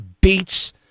beats